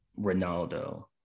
Ronaldo